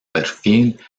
perfil